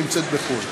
נמצאת בחו"ל.